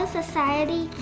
society